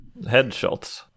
Headshots